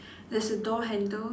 there's a door handle